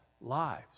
lives